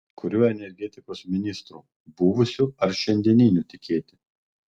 kuriuo energetikos ministru buvusiu ar šiandieniniu tikėti